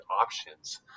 options